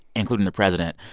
including the president,